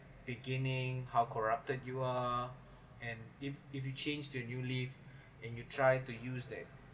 beginning how corrupted you are and if if you changed to a new leaf and you try to use them